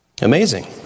Amazing